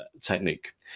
technique